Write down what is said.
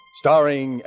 starring